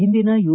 ಹಿಂದಿನ ಯು